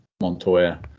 Montoya